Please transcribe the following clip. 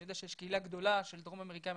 אני יודע שיש קהילה גדולה של דרום אמריקאים,